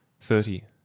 thirty